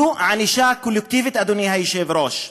זו ענישה קולקטיבית, אדוני היושב-ראש.